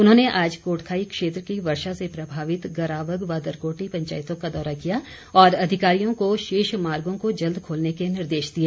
उन्होंने आज कोटखाई क्षेत्र की वर्षा से प्रभावित गरावग व दरकोटी पंचायतों का दौरा किया और अधिकारियों को शेष मार्गों को जल्द खोलने के निर्देश दिए